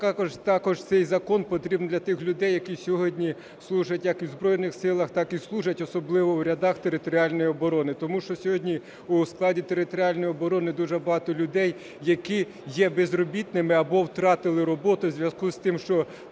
також цей закон потрібний для тих людей, які сьогодні служать як в Збройних Силах, так і служать особливо в рядах територіальної оборони. Тому що сьогодні у складі територіальної оборони дуже багато людей, які є безробітними або втратили роботу в зв'язку з тим, що